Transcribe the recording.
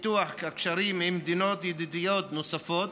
ובפיתוח הקשרים עם מדינות ידידותיות נוספות